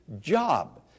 job